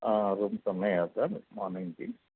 rooms ఉన్నయా sir మార్నింగ్కి